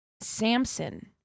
Samson